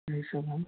ये सब है